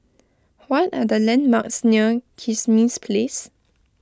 what are the landmarks near Kismis Place